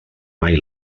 mai